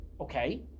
Okay